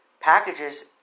packages